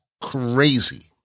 crazy